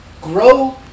Grow